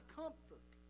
comfort